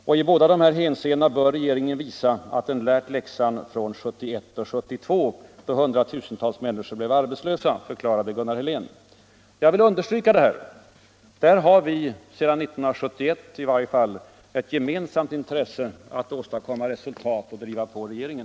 I båda dessa hänseenden bör regeringen visa att den lärt läxan från 1971 och 1972, då hundratusentals människor blev arbetslösa, förklarade Gunnar Helén. Jag vill understryka detta. Där har vi, i varje fall sedan 1971, ett gemensamt intresse av att åstadkomma resultat och driva på regeringen.